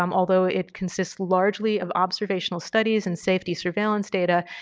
um although it consists largely of observational studies and safety surveillance data,